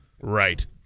Right